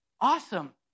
Awesome